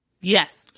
Yes